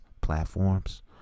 platforms